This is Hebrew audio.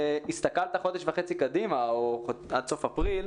הסתכלת חודש וחצי קדימה או עד סוף אפריל.